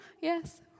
yes